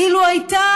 אילו הייתה